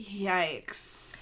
Yikes